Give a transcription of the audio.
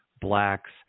blacks